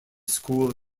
school